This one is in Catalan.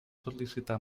sol·licitar